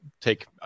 take